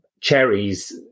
cherries